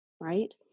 right